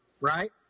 right